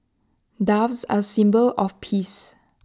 doves are A symbol of peace